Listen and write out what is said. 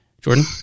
Jordan